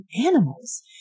animals